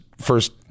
first